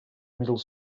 middle